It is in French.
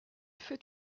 fait